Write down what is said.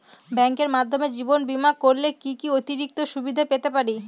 ব্যাংকের মাধ্যমে জীবন বীমা করলে কি কি অতিরিক্ত সুবিধে পেতে পারি?